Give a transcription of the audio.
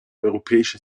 europäische